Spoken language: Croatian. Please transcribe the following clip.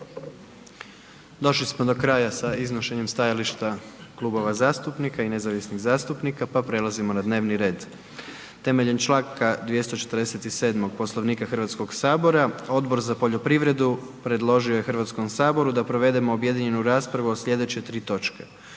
Došli smo do kraja sa iznošenjem stajališta klubova zastupnika i nezavisnih zastupnika, pa prelazimo na dnevni red. Temeljem Članka 247. Poslovnika Hrvatskog sabora Odbor za poljoprivredu predložio je Hrvatskom saboru da provedemo objedinjenu raspravu o slijedeće tri točke: